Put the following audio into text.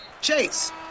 Chase